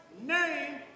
name